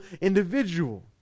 individual